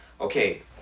Okay